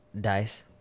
Dice